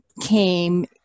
came